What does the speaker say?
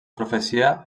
profecia